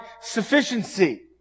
sufficiency